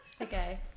Okay